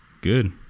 good